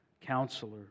Counselor